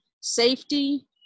safety